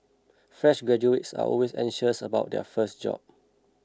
fresh graduates are always anxious about their first job